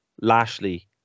Lashley